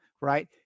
right